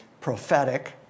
prophetic